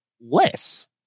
less